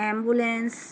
ambulance